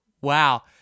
wow